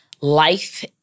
life